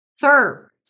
Third